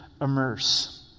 immerse